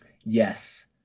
Yes